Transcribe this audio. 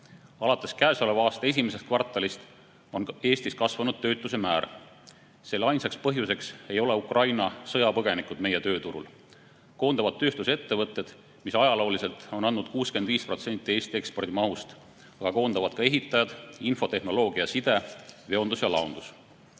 Alates käesoleva aasta esimesest kvartalist on Eestis kasvanud töötuse määr. Selle ainsaks põhjuseks ei ole Ukraina sõjapõgenikud meie tööturul. Koondavad tööstusettevõtted, mis ajalooliselt on andnud 65% Eesti ekspordimahust, koondavad ka ehitajad, infotehnoloogia, side, veondus ja laondus.